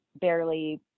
barely